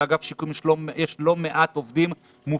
באגף השיקום יש לא מעט עובדים מופלאים,